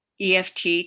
EFT